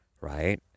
right